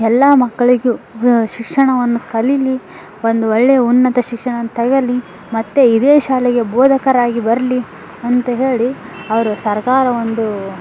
ಎಲ್ಲ ಮಕ್ಕಳಿಗೂ ವ್ ಶಿಕ್ಷಣವನ್ನು ಕಲಿಯಲಿ ಒಂದು ಒಳ್ಳೆಯ ಉನ್ನತ ಶಿಕ್ಷಣವನ್ನು ತಗಳ್ಲಿ ಮತ್ತು ಇದೇ ಶಾಲೆಗೆ ಬೋಧಕರಾಗಿ ಬರಲಿ ಅಂತ ಹೇಳಿ ಅವರು ಸರ್ಕಾರ ಒಂದು